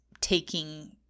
taking